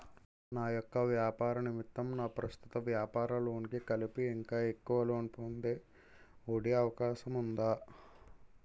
నా యెక్క వ్యాపార నిమిత్తం నా ప్రస్తుత వ్యాపార లోన్ కి కలిపి ఇంకా ఎక్కువ లోన్ పొందే ఒ.డి అవకాశం ఉందా?